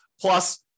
Plus